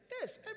Yes